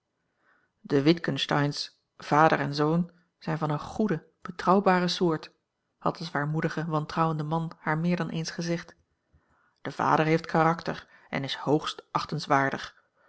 ontstaan de witgensteyn's vader en zoon zijn van een goede betrouwbare soort had de zwaarmoedige wantrouwende man haar meer dan eens gezegd de vader heeft karakter en is hoogst